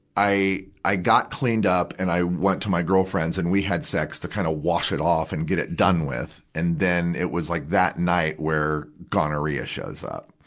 i, i got cleaned up and i went to my girlfriend's and we had sex to kind of wash it off and get it done with. and then, it was like that night where gonorrhea shows up.